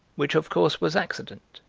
which of course was accident.